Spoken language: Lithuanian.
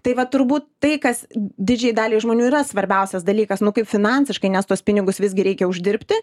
tai va turbūt tai kas didžiajai daliai žmonių yra svarbiausias dalykas nu kaip finansiškai nes tuos pinigus visgi reikia uždirbti